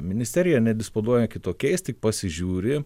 ministerija nedisponuoja kitokiais tik pasižiūri